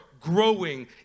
growing